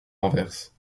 renverse